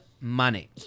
money